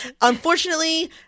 Unfortunately